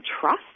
trust